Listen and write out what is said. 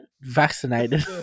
vaccinated